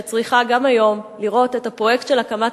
שצריכה גם היום לראות את הפרויקט של הקמת